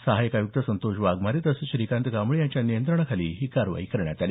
सहाय्यक आय़क्त संतोष वाघमारे तसंच श्रीकांत कांबळे यांच्या नियंत्रणाखाली ही कारवाई करण्यात आली